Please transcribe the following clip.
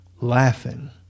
laughing